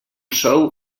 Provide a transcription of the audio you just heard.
sou